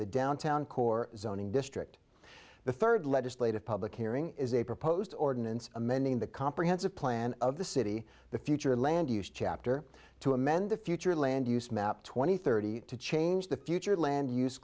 the downtown core zoning district the third legislative public hearing is a proposed ordinance amending the comprehensive plan of the city the future land use chapter to amend the future land use map twenty thirty to change the future land use